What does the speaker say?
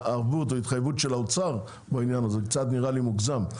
ההתחייבות של האוצר בעניין הזה; זה נראה לי מוגזם.